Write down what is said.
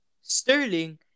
Sterling